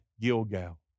Gilgal